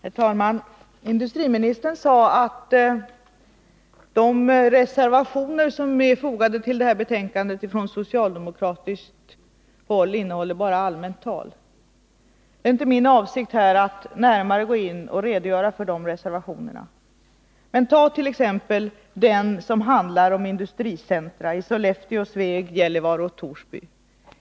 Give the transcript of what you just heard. Herr talman! Industriministern sade att de reservationer från socialdemokratiskt håll som är fogade vid detta betänkande bara innehåller allmänt tal. Det är inte min avsikt att här närmare redogöra för dessa reservationer, men jag skall ändå något beröra den reservation som handlar om industricentra i Sollefteå, Sveg, Gällivare och Torsby.